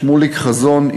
שמוליק חזון,